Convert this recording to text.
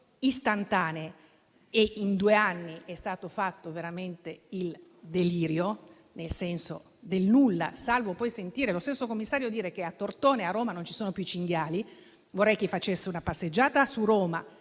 istantanee e in due anni è stato fatto veramente il delirio, nel senso del nulla, salvo poi sentire lo stesso commissario dire che a Tortona e a Roma non ci sono più cinghiali. Vorrei che facesse una passeggiata a Roma,